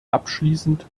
abschließend